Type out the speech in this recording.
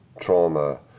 trauma